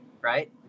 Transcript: right